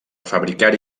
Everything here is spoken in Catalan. fabricar